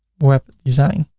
webdesign